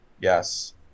Yes